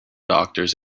doctors